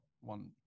one